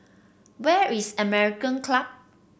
where is American Club